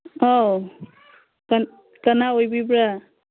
ꯑꯥꯎ ꯀꯥ ꯀꯅꯥ ꯑꯣꯏꯕꯤꯕ꯭ꯔ